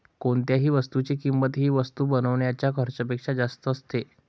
कोणत्याही वस्तूची किंमत ही वस्तू बनवण्याच्या खर्चापेक्षा जास्त असते